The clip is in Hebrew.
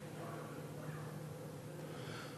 אנחנו עוברים לנושא הבא בסדר-היום: גל ההתייקרויות במשק,